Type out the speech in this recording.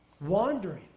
wandering